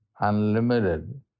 unlimited